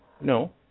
no